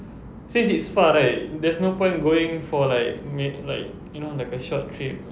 since it's far right there's no point going for like mi~ like you know like a short trip